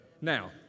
Now